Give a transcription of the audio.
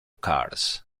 cars